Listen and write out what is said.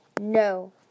No